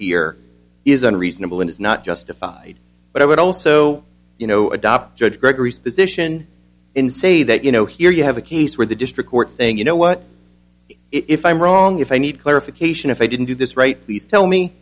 here is unreasonable and it's not justified but i would also you know adopt judge gregory's position in say that you know here you have a case where the district court saying you know what if i'm wrong if i need clarification if i didn't do this right please tell me